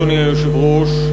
אדוני היושב-ראש,